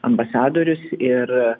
ambasadorius ir